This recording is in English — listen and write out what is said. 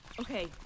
Okay